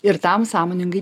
ir tam sąmoningai